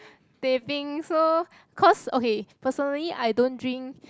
teh peng so cause okay personally I don't drink